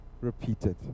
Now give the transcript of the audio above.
repeated